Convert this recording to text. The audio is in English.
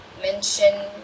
mention